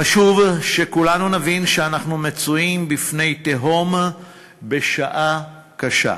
חשוב שכולנו נבין שאנחנו מצויים בפני תהום בשעה קשה,